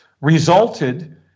resulted